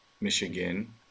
Michigan